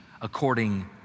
according